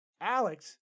Alex